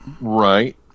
Right